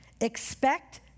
Expect